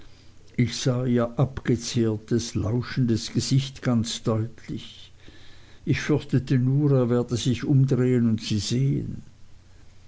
ich sah ihr abgezehrtes lauschendes gesicht ganz deutlich ich fürchtete nur er werde sich umdrehen und sie sehen